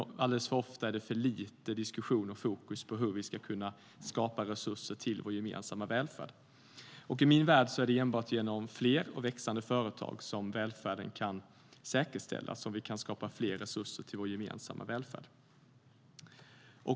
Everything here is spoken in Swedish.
Alldeles för ofta är det för lite diskussion och fokus på hur vi ska kunna skapa resurser till vår gemensamma välfärd.I min värld är det enbart genom fler och växande företag som välfärden kan säkerställas och vi kan skapa mer resurser till vår gemensamma välfärd.